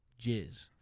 jizz